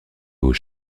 aux